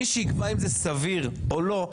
מי שיקבע אם זה סביר או לא,